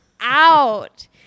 out